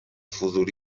فضولی